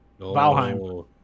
Valheim